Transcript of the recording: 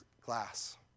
glass